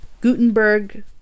Gutenberg